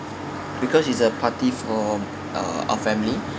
because it's a party for uh a family